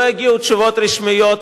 לא יגיעו תשובות רשמיות,